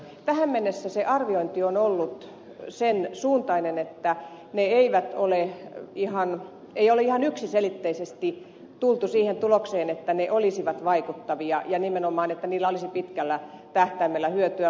tähän mennessä arviointi on ollut sen suuntainen että ei ole ihan yksiselitteisesti tultu siihen tulokseen että ne olisivat vaikuttavia ja että niistä nimenomaan olisi pitkällä tähtäimellä hyötyä